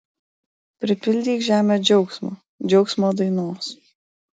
pripildyk žemę džiaugsmo džiaugsmo dainos